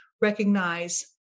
recognize